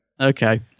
Okay